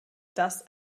das